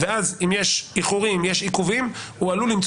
ואז אם יש איחורים ויש עיכובים הוא עלול למצוא